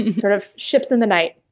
sort of ships in the night.